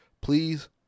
please